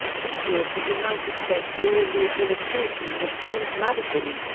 history of the united states during the administrations of james madison.